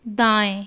दाएँ